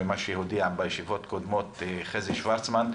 ומה שהודיע בישיבות הקודמות חזי שוורצמן,